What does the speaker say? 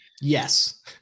Yes